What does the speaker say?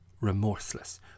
remorseless